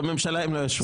בממשלה הם לא ישבו.